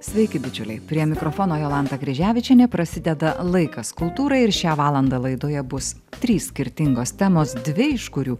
sveiki bičiuliai prie mikrofono jolanta kryževičienė prasideda laikas kultūrai ir šią valandą laidoje bus trys skirtingos temos dvi iš kurių